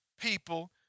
people